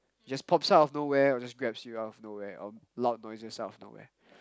just pops out of nowhere or just grabs you out of nowhere or loud noises out of nowhere